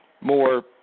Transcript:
more